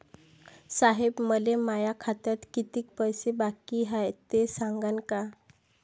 साहेब, मले माया खात्यात कितीक पैसे बाकी हाय, ते सांगान का?